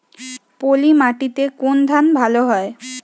পলিমাটিতে কোন ধান ভালো হয়?